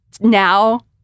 Now